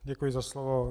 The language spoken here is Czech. Děkuji za slovo.